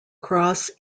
cross